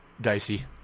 dicey